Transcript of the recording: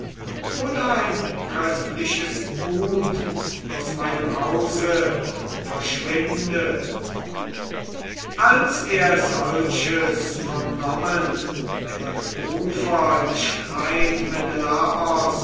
oder ein köstliches gut aus meinem hause verschwinde als er solches vernommen der rufer im streit